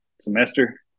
semester